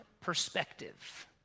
perspective